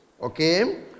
Okay